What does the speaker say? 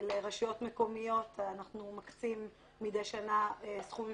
לרשויות מקומיות אנחנו מקצים מדי שנה סכומים